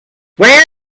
where